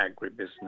agribusiness